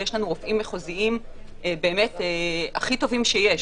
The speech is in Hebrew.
ויש לנו רופאים מחוזיים הכי טובים שיש,